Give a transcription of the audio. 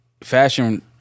fashion